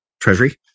treasury